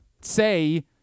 say